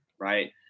right